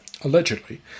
Allegedly